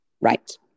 Right